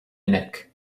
minic